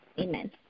Amen